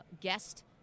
guest